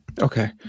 Okay